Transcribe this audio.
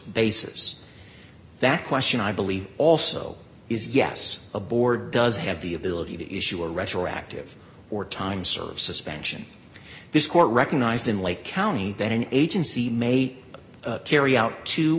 basis that question i believe also is yes a board does have the ability to issue a retroactive or time serve suspension this court recognized in lake county that an agency may carry out t